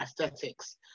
aesthetics